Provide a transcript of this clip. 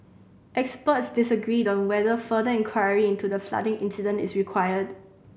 experts disagreed on whether further inquiry into the flooding incident is required